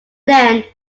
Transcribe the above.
then